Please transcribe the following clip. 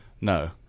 no